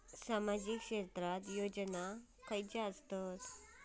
सामाजिक क्षेत्रात योजना कसले असतत?